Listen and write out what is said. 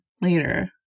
later